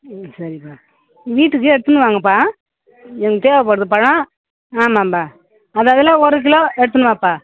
ம் சரிப்பா வீட்டுக்கு எடுத்துன்னு வாங்கப்பா எனக்கு தேவைப்படுது பழம் ஆமாம்ப்பா முத இதில் ஒரு கிலோ எடுத்துன்னு வாப்பா